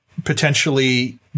potentially